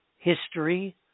history